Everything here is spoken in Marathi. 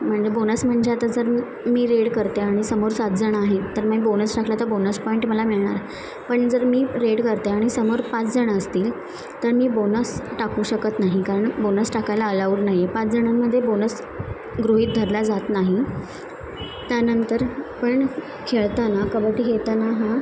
म्हणजे बोनस म्हणजे आता जर मी रेड करते आणि समोर सात जण आहेत तर मी बोनस टाकला तर बोनस पॉईंट मला मिळणार पण जर मी रेड करते आणि समोर पाच जण असतील तर मी बोनस टाकू शकत नाही कारण बोनस टाकायला अलावड नाही आहे पाच जणांमध्ये बोनस गृहीत धरला जात नाही त्यानंतर पण खेळताना कबड्डी खेळताना हा